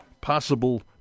possible